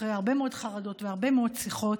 אחרי הרבה מאוד חרדות והרבה מאוד שיחות,